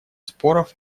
споров